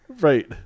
Right